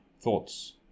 Thoughts